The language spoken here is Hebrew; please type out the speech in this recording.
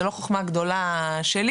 זו לא חוכמה גדולה שלי.